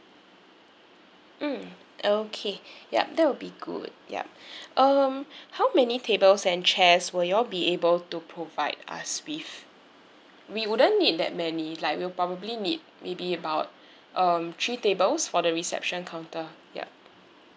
mm okay yup that would be good yup um how many tables and chairs will you all be able to provide us with we wouldn't need that many like we will probably need maybe about um three tables for the reception counter yup